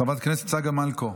חברת הכנסת צגה מלקו,